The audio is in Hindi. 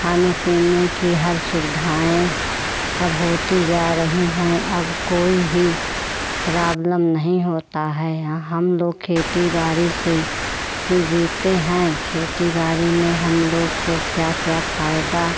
खाने पीने की हर सुविधाएँ अब होती जा रही हैं अब कोई ही प्राब्लम नहीं होता है यहाँ हम लोग खेती बाड़ी से ही जीते हैं खेती बाड़ी में हम लोग को क्या क्या फ़ायदा